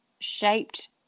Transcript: shaped